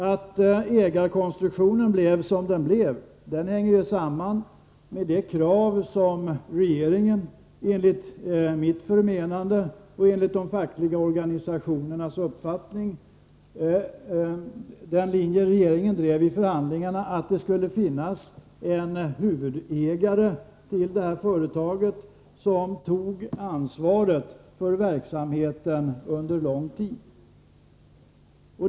Att ägarkonstruktionen blev som den blev hänger enligt mitt förmenande och enligt de fackliga organisationernas uppfattning samman med den linje som regeringen drev i förhandlingarna, nämligen att det skulle finnas en ny huvudägare vid det här företaget som tog ansvaret för verksamheten under lång tid.